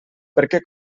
perquè